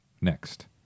Next